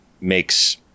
makes